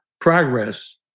progress